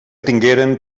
tingueren